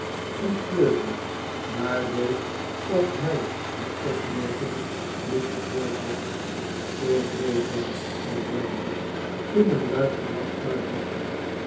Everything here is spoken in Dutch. en kleurde maar deed of hij de opmerking niet gehoord had ik weet wel zei browdie in een luid gelach uitbarstend